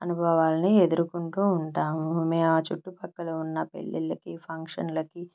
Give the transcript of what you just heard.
అనుభవాలని ఎదురుకుంటూ ఉంటాము మేమా చుట్టుపక్కల ఉన్న పెళ్ళిళ్ళకి ఫంక్షన్లకి